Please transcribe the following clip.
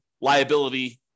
liability